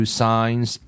signs